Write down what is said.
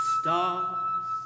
stars